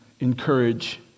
encourage